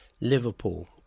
Liverpool